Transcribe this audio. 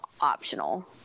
optional